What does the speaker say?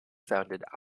founded